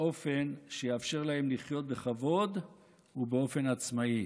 באופן שיאפשר להם לחיות בכבוד ובאופן עצמאי.